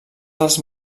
dels